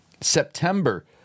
September